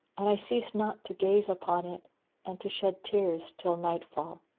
and i ceased not to gaze upon it and to shed tears till night fall.